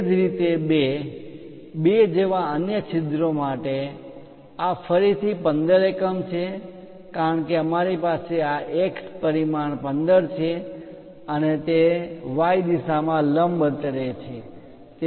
એ જ રીતે 2 2 જેવા અન્ય છિદ્રો માટે આ ફરીથી 15 એકમ છે કારણ છે કે અમારી પાસે આ X પરિમાણ 15 છે અને તે Y દિશામાં લાંબ અંતરે છે